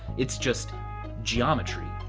it's just geometry.